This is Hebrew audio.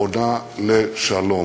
פונה לשלום,